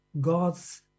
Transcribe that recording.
God's